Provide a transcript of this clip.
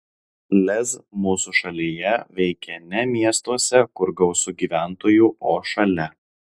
lez mūsų šalyje veikia ne miestuose kur gausu gyventojų o šalia